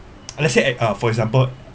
let's say eh for example